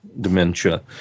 dementia